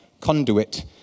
conduit